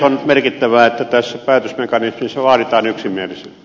on merkittävää että tässä päätösmekanismissa vaaditaan yksimielisyyttä